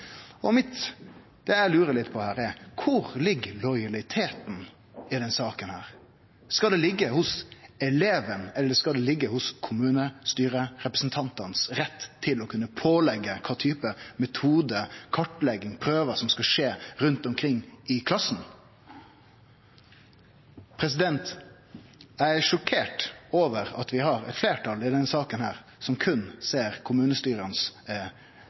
Det eg lurer litt på her, er: Kor ligg lojaliteten i denne saka? Skal den liggje hos eleven, eller skal den liggje hos kommunestyrerepresentantane sin rett til å kunne påleggje kva type metode, kartlegging, prøvar som skal skje rundt omkring i klassene? Eg er sjokkert over at vi har eit fleirtal i denne saka som berre ser